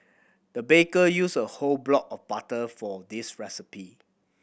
the baker used a whole block of butter for this recipe